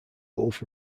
gulf